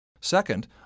Second